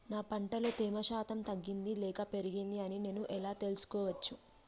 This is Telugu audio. నా పంట లో తేమ శాతం తగ్గింది లేక పెరిగింది అని నేను ఎలా తెలుసుకోవచ్చు?